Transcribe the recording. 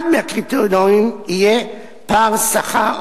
אחד מהקריטריונים יהיה פער בין שכר